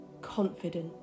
confident